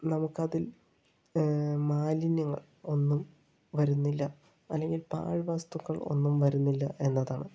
നമുക്കതിൽ മാലിന്യങ്ങൾ ഒന്നും വരുന്നില്ല അല്ലെങ്കിൽ പാഴ് വസ്തുക്കൾ ഒന്നും വരുന്നില്ല എന്നതാണ്